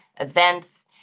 events